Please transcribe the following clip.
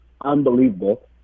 unbelievable